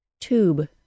Tube